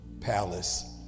palace